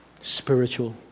Spiritual